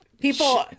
People